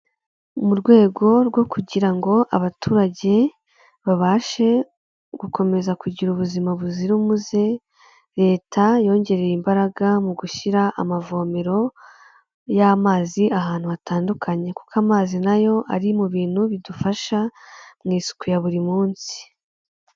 Mu rwego rwo kugira ngo abaturage babashe gukomeza kugira ubuzima buzira umuze, leta yongereye imbaraga mu gushyira amavomero y'amazi ahantu hatandukanye, kuko amazi na yo ari mu bintu bidufasha mu isuku ya buri munsi.